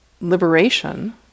liberation